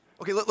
Okay